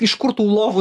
iš kur tų lovų